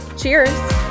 Cheers